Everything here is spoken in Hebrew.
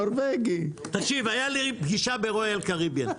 תקשיב, הייתה לי פגישה ברויאל קריביים.